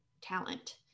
talent